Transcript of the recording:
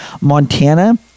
Montana